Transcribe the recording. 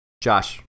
Josh